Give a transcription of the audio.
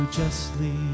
justly